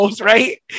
right